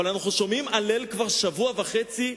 אבל אנחנו שומעים הלל כבר שבוע וחצי: